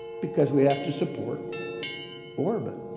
because we have to support orbt.